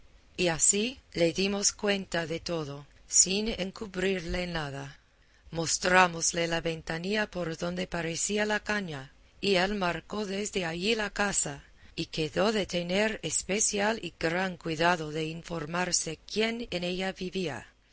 y así le dimos cuenta de todo sin encubrirle nada mostrámosle la ventanilla por donde parecía la caña y él marcó desde allí la casa y quedó de tener especial y gran cuidado de informarse quién en ella vivía